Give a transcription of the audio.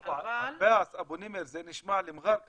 אבל --- עבאס אבו נימר זה נשמע לי מראר כזה,